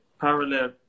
parallel